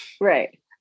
right